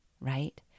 right